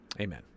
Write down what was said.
Amen